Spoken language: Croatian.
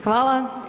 Hvala.